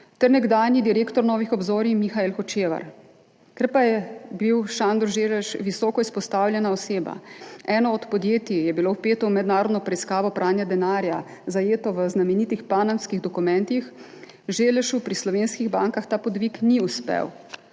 nekdanji direktor Novih obzorij Mihael Hočevar. Ker pa je bil Sandor Zelles visoko izpostavljena oseba, eno od podjetij je bilo vpeto v mednarodno preiskavo pranja denarja, zajeto v znamenitih Panamskih dokumentih, Zellesu pri slovenskih bankah ta podvig ni uspel,